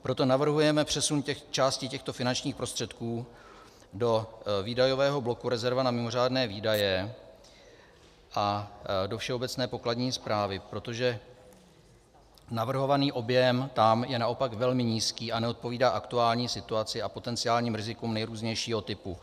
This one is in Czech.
Proto navrhujeme přesun části těchto finančních prostředků do výdajového bloku rezerva na mimořádné výdaje a do všeobecné pokladní správy, protože navrhovaný objem tam je naopak velmi nízký a neodpovídá aktuální situaci a potenciálním rizikům nejrůznějšího typu.